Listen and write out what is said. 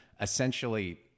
essentially